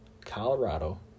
Colorado